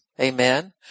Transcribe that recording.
Amen